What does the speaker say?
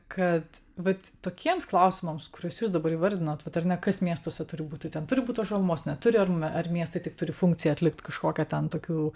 kad vat tokiems klausimams kuriuos jūs dabar įvardinot vat ar ne kas miestuose turi būti ten turi būt tos žalumos neturi ar ne ar miestai tik turi funkciją atlikti kažkokią ten tokių